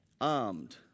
armed